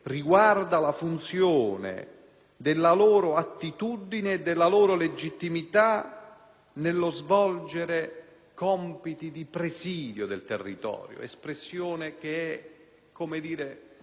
a svolgere compiti di presidio del territorio, espressione non solo generica, ma che introduce una categoria di attività che non